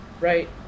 right